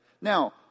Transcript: Now